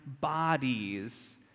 bodies